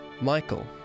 Michael